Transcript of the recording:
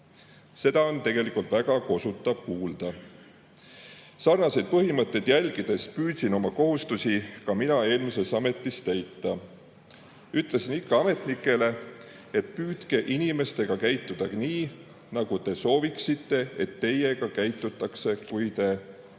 Seda on tegelikult väga kosutav kuulda. Sarnaseid põhimõtteid järgides püüdsin oma kohustusi ka mina eelmises ametis täita. Ütlesin ametnikele ikka, et püüdke inimestega käituda nii, nagu te sooviksite, et teiega käitutakse, kui te